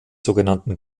sogenannten